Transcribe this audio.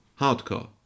hardcore